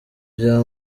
bya